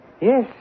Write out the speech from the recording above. Yes